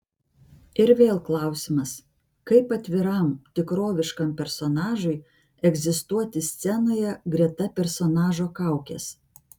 ir vėl klausimas kaip atviram tikroviškam personažui egzistuoti scenoje greta personažo kaukės